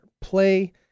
play